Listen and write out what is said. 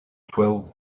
twelve